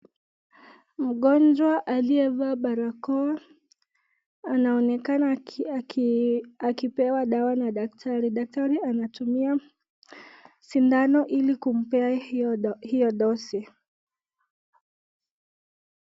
Mgonjwa aliyevaa barakoa anaonekana aki akipewa dawa na daktari, daktari anatumia sindano ili kumpea hio dosi.